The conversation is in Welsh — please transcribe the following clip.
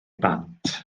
bant